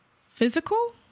Physical